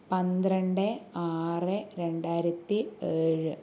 പന്ത്രണ്ട് ആറ് രണ്ടായിരത്തി ഏഴ്